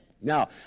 Now